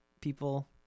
people